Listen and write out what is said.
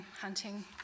hunting